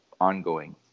ongoing